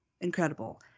incredible